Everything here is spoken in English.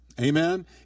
Amen